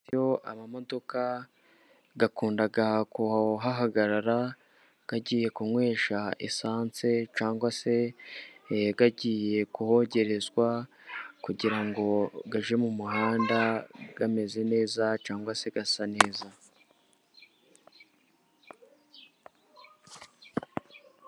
Amamodoka akunda kuhahagarara agiye kunywesha esanse cyangwa se agiye kuhogerezwa, kugira ngo ajye mu muhanda ameze neza cyangwa se asa neza.